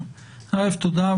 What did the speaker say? תודה.